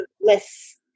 less